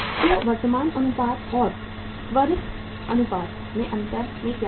तो वर्तमान अनुपात और त्वरित अनुपात के अंतर में क्या है